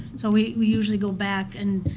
so we usually go back and,